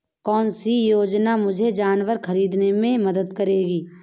कौन सी योजना मुझे जानवर ख़रीदने में मदद करेगी?